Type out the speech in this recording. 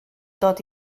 dod